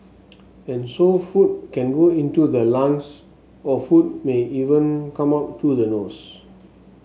and so food can go into the lungs or food may even come up through the nose